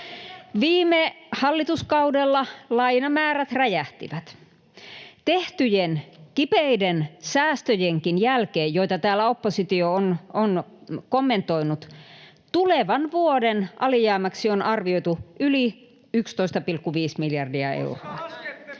Viime hallituskaudella lainamäärät räjähtivät. Tehtyjen kipeiden säästöjenkin jälkeen, joita täällä oppositio on kommentoinut, tulevan vuoden alijäämäksi on arvioitu yli 11,5 miljardia euroa.